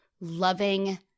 loving